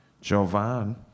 Jovan